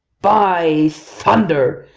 by thunder!